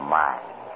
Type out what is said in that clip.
mind